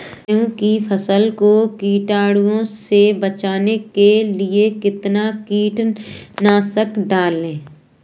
गेहूँ की फसल को कीड़ों से बचाने के लिए कितना कीटनाशक डालें?